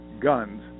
guns